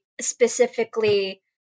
specifically